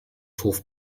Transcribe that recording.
słów